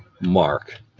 Mark